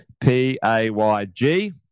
P-A-Y-G